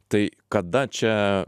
tai kada čia